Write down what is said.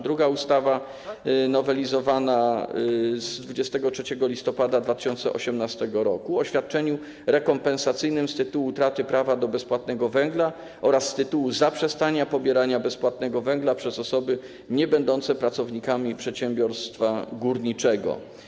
Drugą ustawą jest nowelizowana ustawa z 23 listopada 2018 r. o świadczeniu rekompensacyjnym z tytułu utraty prawa do bezpłatnego węgla oraz z tytułu zaprzestania pobierania bezpłatnego węgla przez osoby niebędące pracownikami przedsiębiorstwa górniczego.